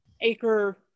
acre